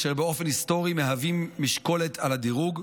אשר באופן היסטורי מהווים משקולת על הדירוג,